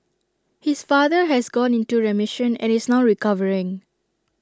his father has gone into remission and is now recovering